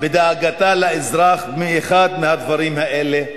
בדאגתה לאזרח באחד מהדברים האלה?